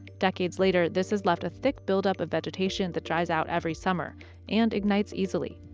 decades later, this has left a thick buildup of vegetation that dries out every summer and ignites easily.